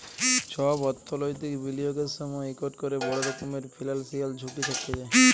ছব অথ্থলৈতিক বিলিয়গের সময় ইকট ক্যরে বড় রকমের ফিল্যালসিয়াল ঝুঁকি থ্যাকে যায়